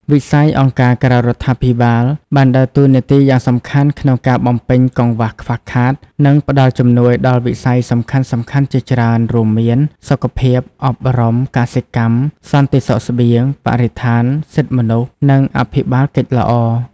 វិស័យអង្គការក្រៅរដ្ឋាភិបាលបានដើរតួនាទីយ៉ាងសំខាន់ក្នុងការបំពេញកង្វះខ្វះខាត និងផ្តល់ជំនួយដល់វិស័យសំខាន់ៗជាច្រើន រួមមាន សុខភាព អប់រំ កសិកម្ម សន្តិសុខស្បៀង បរិស្ថាន សិទ្ធិមនុស្ស និងអភិបាលកិច្ចល្អ។